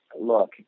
look